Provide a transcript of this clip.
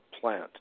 plant